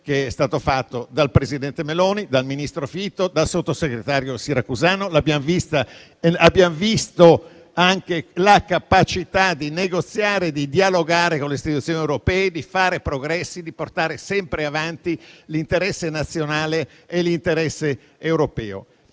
che è stato fatto dal presidente Meloni, dal ministro Fitto e dal sottosegretario Siracusano. Abbiamo visto anche la capacità di negoziare e di dialogare con le istituzioni europee, di fare progressi e di portare sempre avanti l'interesse nazionale e quello europeo.